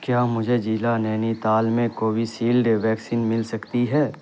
کیا مجھے جلع نینی تال میں کوویسیلڈ ویکسین مل سکتی ہے